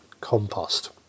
compost